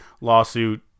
lawsuit